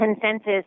consensus